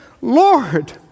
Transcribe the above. Lord